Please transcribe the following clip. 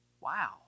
Wow